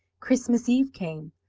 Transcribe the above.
christmas eve came.